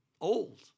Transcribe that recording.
old